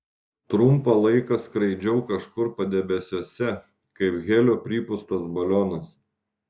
trumpą laiką skraidžiau kažkur padebesiuose kaip helio pripūstas balionas